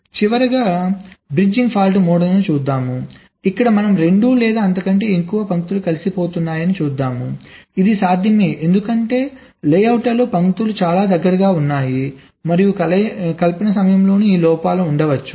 చివరగా bridging fault మోడల్ని చూద్దాం ఇక్కడ మనం 2 లేదా అంతకంటే ఎక్కువ పంక్తులు కలిసిపోతున్నాయని చెప్తున్నాము ఇది సాధ్యమే ఎందుకంటే లేఅవుట్లో పంక్తులు చాలా దగ్గరగా నడుస్తున్నాయి మరియు కల్పన సమయంలో కొన్ని లోపాలు ఉండవచ్చు